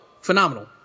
phenomenal